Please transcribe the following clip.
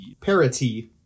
parity